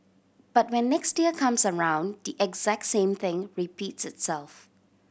but when next year comes around the exact same thing repeats itself